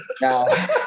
Now